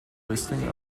listing